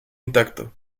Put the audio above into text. intacto